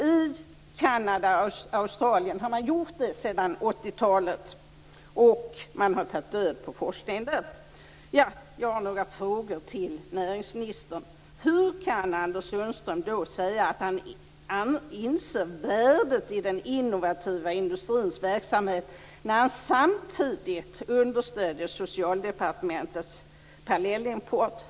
I Kanada och Australien har man gjort det sedan 80-talet. Man har tagit död på forskningen där. Anders Sundström säga att han inser värdet i den innovativa industrins verksamhet när han samtidigt understöder Socialdepartementets parallellimport?